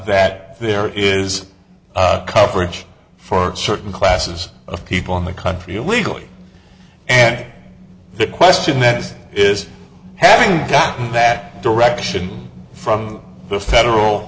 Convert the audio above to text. that there is coverage for certain classes of people in the country illegally and the question is is having gotten that direction from the federal